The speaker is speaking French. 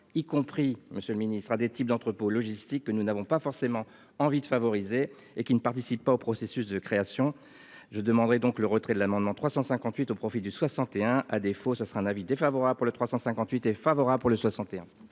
Y compris Monsieur le ministre à des types d'entrepôts logistiques que nous n'avons pas forcément envie de favoriser et qui ne participent pas au processus de création. Je demanderai donc le retrait de l'amendement 358 au profit du 61 à défaut ça sera un avis défavorable pour le 358 est favorable pour le 61.